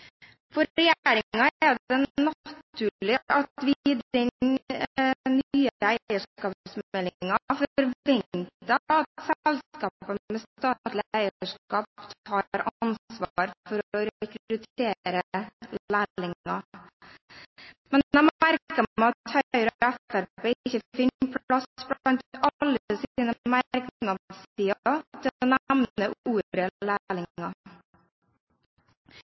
For regjeringen er det naturlig at vi i den nye eierskapsmeldingen forventer at selskaper med statlig eierskap tar ansvar for å rekruttere lærlinger. Men jeg merker meg at Høyre og Fremskrittspartiet ikke finner plass, blant alle